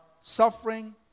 suffering